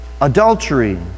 Adultery